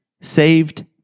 saved